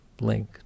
link